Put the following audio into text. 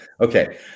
Okay